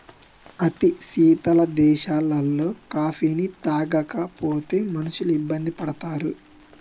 అతి శీతల దేశాలలో కాఫీని తాగకపోతే మనుషులు ఇబ్బంది పడతారు